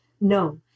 No